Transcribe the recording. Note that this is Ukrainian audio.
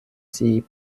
цієї